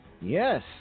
Yes